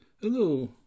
Hello